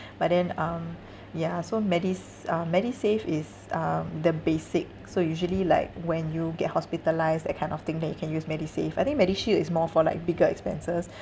but then um ya so medis~ uh medisave is um the basic so usually like when you get hospitalised that kind of thing then you can use medisave I think medishield is more for like bigger expenses